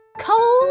Coal